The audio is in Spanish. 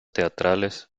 teatrales